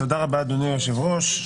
תודה רבה, אדוני היושב-ראש.